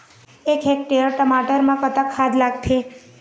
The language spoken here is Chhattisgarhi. एक हेक्टेयर टमाटर म कतक खाद लागथे?